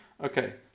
Okay